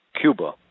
Cuba